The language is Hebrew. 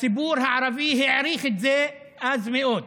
הציבור הערבי העריך את זה אז מאוד.